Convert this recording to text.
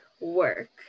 work